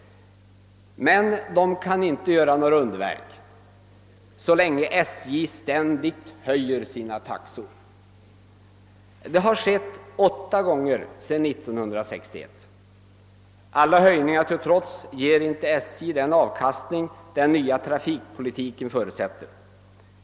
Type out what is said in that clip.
Men de kan inte göra några underverk så länge SJ ständigt höjer sina taxor. Detta har skett åtta gånger sedan 1961. Alla höjningar till trots ger SJ inte den avkastning den nya trafikpolitiken förutsätter.